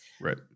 Right